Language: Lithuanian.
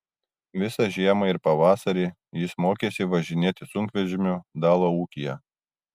visą žiemą ir pavasarį jis mokėsi važinėti sunkvežimiu dalo ūkyje